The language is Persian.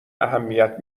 اهمیت